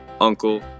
uncle